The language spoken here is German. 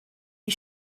wie